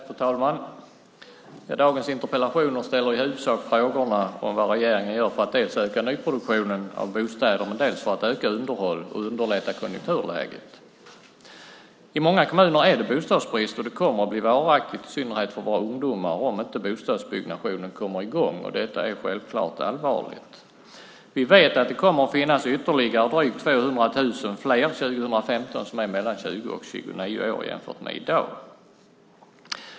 Fru talman! Dagens interpellationer ställer i huvudsak frågor om vad regeringen gör dels för att öka nyproduktionen av bostäder, dels för att öka underhåll och underlätta konjunkturläget. I många kommuner är det bostadsbrist. Den kommer att bli varaktig, i synnerhet för våra ungdomar, om inte bostadsbyggnationen kommer i gång. Detta är självklart allvarligt. Vi vet att det kommer att finnas ytterligare drygt 200 000 som är mellan 20 och 29 år 2015 jämfört med i dag.